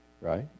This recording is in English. right